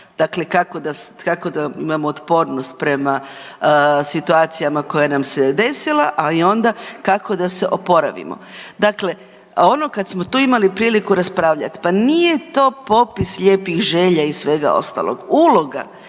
dakle kako da vam otpornost prema situacijama koja nam se desila, ali onda kako da se oporavimo. Dakle, ono kad smo tu imali priliku raspravljat, pa nije to popis lijepih želja i svega ostalog. Uloga